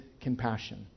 compassion